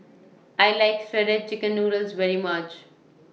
I like Shredded Chicken Noodles very much